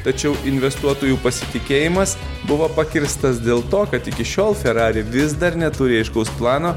tačiau investuotojų pasitikėjimas buvo pakirstas dėl to kad iki šiol ferrari vis dar neturi aiškaus plano